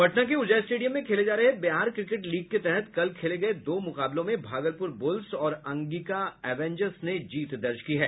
पटना के ऊर्जा स्टेडियम में खेले जा रहे बिहार क्रिकेट लीग के तहत कल खेले गये दो मुकाबलों में भागलपुर बुल्स और अंगिका एवेंजर्स ने जीत दर्ज की है